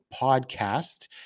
podcast